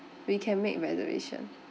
we can make reservation